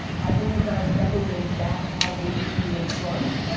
i believe that i've never been that outrageously in front.